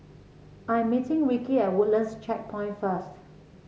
I am meeting Ricky at Woodlands Checkpoint first